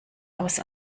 aus